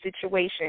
situation